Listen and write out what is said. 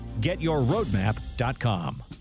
getyourroadmap.com